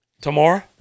Tomorrow